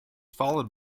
followed